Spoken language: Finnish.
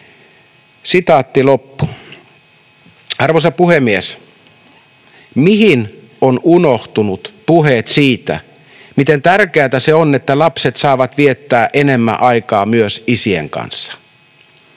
kokonaan.” Arvoisa puhemies! Mihin ovat unohtuneet puheet siitä, miten tärkeätä se on, että lapset saavat viettää enemmän aikaa myös isien kanssa?